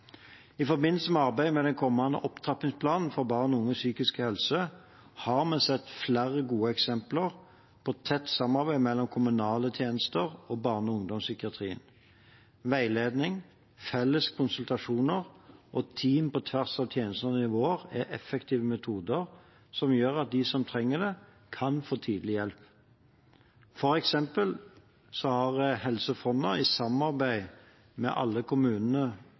I forbindelse med arbeidet med den kommende opptrappingsplanen for barn og unges psykiske helse har vi sett flere gode eksempler på tett samarbeid mellom kommunale tjenester og barne- og ungdomspsykiatrien. Veiledning, felles konsultasjoner og team på tvers av tjenester og nivåer er effektive metoder som gjør at de som trenger det, kan få tidlig hjelp. For eksempel har Helse Fonna i samarbeid med alle kommunene